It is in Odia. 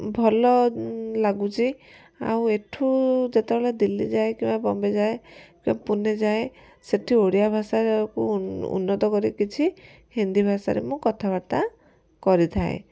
ଭଲ ଲାଗୁଛି ଆଉ ଏଠୁ ଯେତେବେଳେ ଦିଲ୍ଲୀ ଯାଏ କିମ୍ବା ବମ୍ବେ ଯାଏ କିମ୍ବା ପୁନେ ଯାଏ ସେଠି ଓଡ଼ିଆ ଭାଷାକୁ ଉନ୍ନତ କରି କିଛି ହିନ୍ଦୀ ଭାଷାରେ ମୁଁ କଥାବାର୍ତ୍ତା କରିଥାଏ